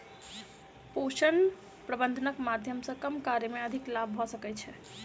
पोषक प्रबंधनक माध्यम सॅ कम कार्य मे अधिक लाभ भ सकै छै